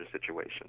situation